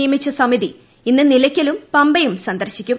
നിയമിച്ച സമിതി ഇന്ന് നിലയ്ക്കലും പമ്പയും സന്ദർശിക്കും